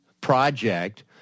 project